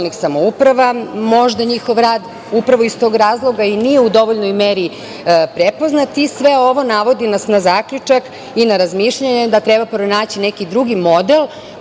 samouprava. Možda njihov rad upravo iz tog razloga i nije u dovoljnoj meri prepoznat i sve ovo navodi nas na zaključak i na razmišljanje da treba pronaći neki drugi model